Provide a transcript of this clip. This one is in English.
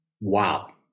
Wow